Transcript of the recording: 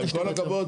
עם כל הכבוד,